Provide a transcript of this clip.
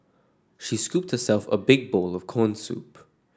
she scooped herself a big bowl of corn soup